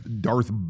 Darth